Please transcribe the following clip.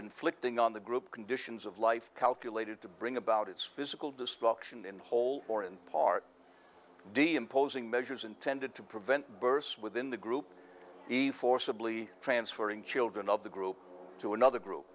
inflicting on the group conditions of life calculated to bring about its physical destruction in whole or in part d imposing measures intended to prevent births within the group eve forcibly transferring children of the group to another group